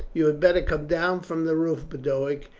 you had better come down from the roof, boduoc.